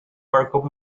markov